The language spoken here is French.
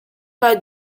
pas